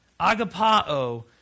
agapao